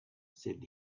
said